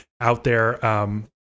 out-there